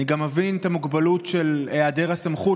אני גם מבין את המוגבלות של היעדר הסמכות